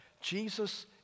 Jesus